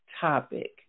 topic